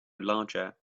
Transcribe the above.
larger